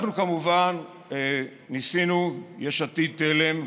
אנחנו כמובן ניסינו, יש עתיד-תל"ם,